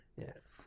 Yes